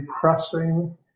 pressing